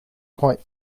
quite